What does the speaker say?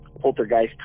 poltergeist